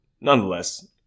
nonetheless